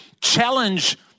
challenge